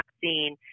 vaccine